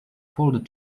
folded